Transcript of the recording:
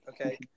okay